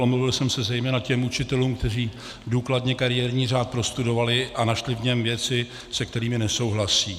Omluvil jsem se zejména těm učitelům, kteří důkladně kariérní řád prostudovali a našli v něm věci, se kterými nesouhlasí.